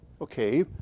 Okay